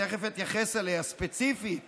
שתכף אתייחס אליה ספציפית